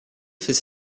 fait